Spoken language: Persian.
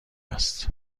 است